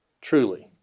Truly